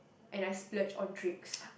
and I splurge on drinks